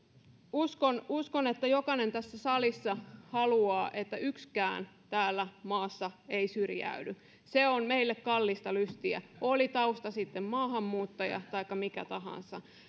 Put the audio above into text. uskon uskon että jokainen tässä salissa haluaa että yksikään tässä maassa ei syrjäydy se on meille kallista lystiä oli taustaltaan sitten maahanmuuttaja taikka mikä tahansa